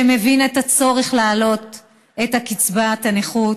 שמבין את הצורך להעלות את קצבת הנכות,